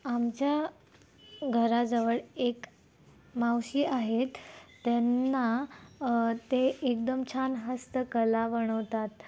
आमच्या घराजवळ एक मावशी आहेत त्यांना ते एकदम छान हस्तकला बनवतात